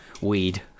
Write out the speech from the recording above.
weed